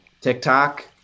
TikTok